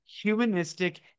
humanistic